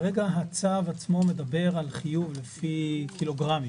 כרגע הצו עצמו מדבר על חיוב לפי קילוגרמים